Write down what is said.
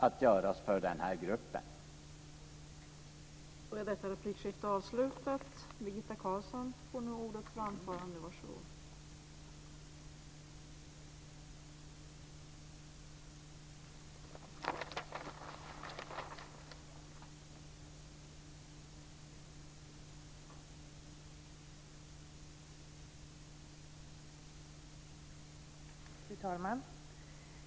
Men jag kan inte lova något.